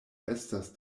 estas